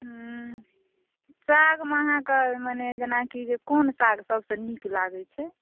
सागमे अहाँकेँ मने जेनाकी कोन साग सभसँ नीक लागैए छै